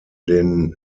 den